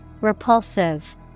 Repulsive